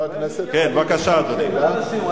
אני לא בא לאיים על אנשים.